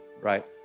right